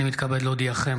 הינני מתכבד להודיעכם,